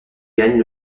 gagnent